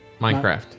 minecraft